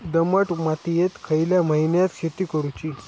दमट मातयेत खयल्या महिन्यात शेती करुची?